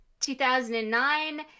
2009